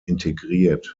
integriert